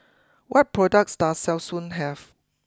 what products does Selsun have